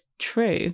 true